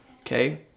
Okay